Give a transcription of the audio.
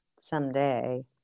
someday